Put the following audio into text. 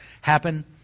happen